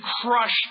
crushed